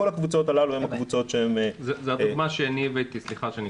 כל הקבוצות הללו הן קבוצות שהן --- זו הדוגמה שהבאתי בוועדה,